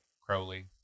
Crowley